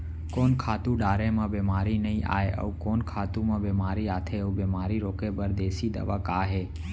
कोन खातू डारे म बेमारी नई आये, अऊ कोन खातू म बेमारी आथे अऊ बेमारी रोके बर देसी दवा का हे?